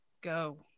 go